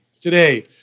today